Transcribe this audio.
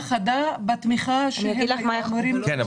חדה בתמיכה שהם היו אמורים --- כן,